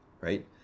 right